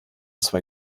zwei